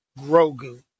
Grogu